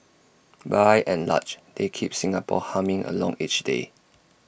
by and large they keep Singapore humming along each day